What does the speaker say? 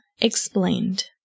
explained